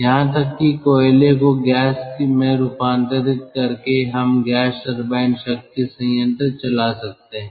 यहां तक कि कोयले को गैस में रूपांतरित करके हम गैस टरबाइन शक्ति संयंत्र चला सकते हैं